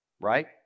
right